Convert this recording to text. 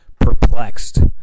perplexed